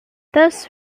thus